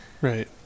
Right